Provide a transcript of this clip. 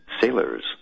sailors